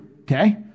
okay